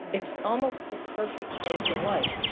it's almost the perfect place in life.